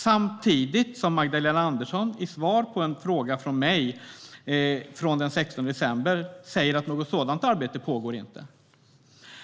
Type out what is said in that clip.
Men i svaret från den 16 december på en skriftlig fråga från mig skriver Magdalena Andersson att något sådant arbete inte pågår.